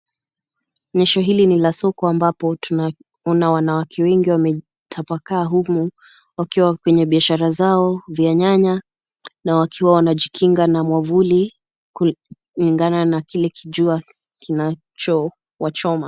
Onyesho hili ni la soko ambapo tunaona wanawake wengi wametapakaa humu wakiwa kwenye biashara zao vya nyanya na wakiwa wanajikinga na mwavuli kulingana na kile kijua kinachowachoma.